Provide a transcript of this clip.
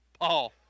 Paul